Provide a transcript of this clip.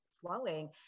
flowing